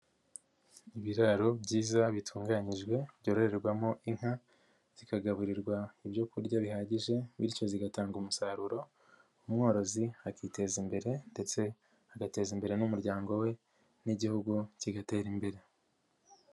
Ibiraro byiza bitunganyijwe byororerwamo inka, zikagaburirwa ibyokurya bihagije, bityo zigatanga umusaruro, umworozi akiteza imbere ndetse agateza imbere n'umuryango we n'Igihugu kigatera imbere.